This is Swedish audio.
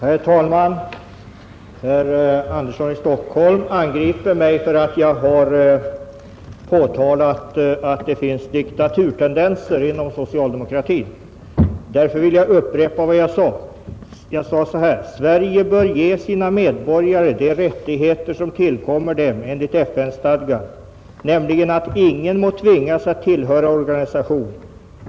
Herr talman! Herr Andersson i Stockholm angriper mig för att jag påtalat att det finns diktaturtendenser inom socialdemokratin. Därför vill jag upprepa vad jag sade. Jag sade bl.a.: Sverige bör ge sina medborgare de rättigheter som tillkommer dem enligt FN-stadgan, nämligen att ingen må tvingas att tillhöra en organisation.